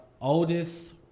oldest